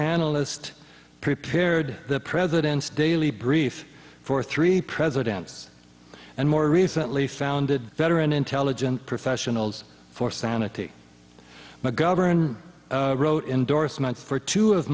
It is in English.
analyst prepared the president's daily brief for three presidents and more recently founded veteran intelligent professionals for sanity mcgovern wrote endorsements for two of